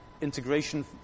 integration